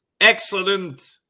excellent